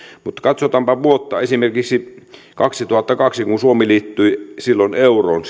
mutta katsotaanpa esimerkiksi vuotta kaksituhattakaksi kun suomi liittyi euroon